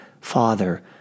Father